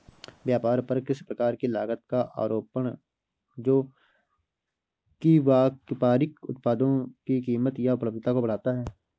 व्यापार पर किसी प्रकार की लागत का आरोपण जो कि व्यापारिक उत्पादों की कीमत या उपलब्धता को बढ़ाता है